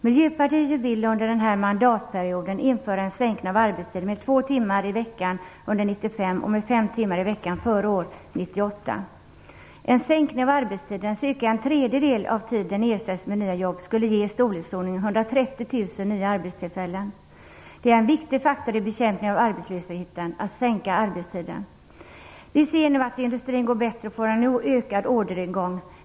Miljöpartiet vill under den här mandatperioden införa en sänkning av arbetstiden med två timmar i veckan under 1995 och med fem timmar i veckan före år En sänkning av arbetstiden där ca en tredjedel av tiden ersätts med nya jobb skulle ge i storleksordningen 130 000 nya arbetstillfällen. Det är en viktig faktor i bekämpningen av arbetslösheten att sänka arbetstiden. Vi ser nu att industrin går bättre och får en ökad orderingång.